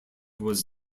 was